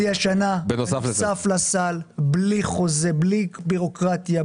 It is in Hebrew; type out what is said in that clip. בנוסף לסל, בלי חוזה, בלי בירוקרטיה.